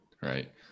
Right